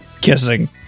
Kissing